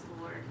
Lord